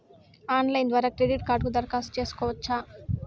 Online ద్వారా credit కార్డుకు దరఖాస్తు సేసుకోవచ్చా?